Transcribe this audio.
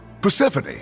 Persephone